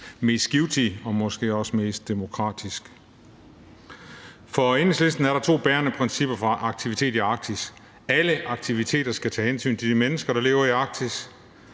mest givtig og måske også mest demokratisk. For Enhedslisten er der to bærende principper for aktivitet i Arktis. Det første er, at alle aktiviteter skal tage hensyn til de mennesker, der lever i Arktis.